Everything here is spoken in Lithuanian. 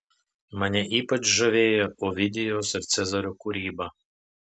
mane ypač žavėjo ovidijaus ir cezario kūryba